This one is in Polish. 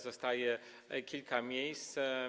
Zostaje kilka miejsc.